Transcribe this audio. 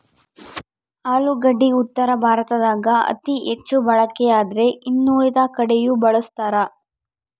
ಆಲೂಗಡ್ಡಿ ಉತ್ತರ ಭಾರತದಾಗ ಅತಿ ಹೆಚ್ಚು ಬಳಕೆಯಾದ್ರೆ ಇನ್ನುಳಿದ ಕಡೆಯೂ ಬಳಸ್ತಾರ